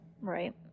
Right